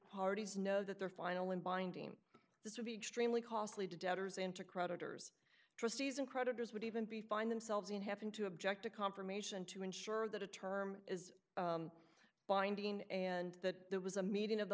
parties know that their final and binding this would be extremely costly to debtors into creditors trustees and creditors would even be find themselves in happen to object to confirmation to ensure that a term is binding and that there was a meeting of the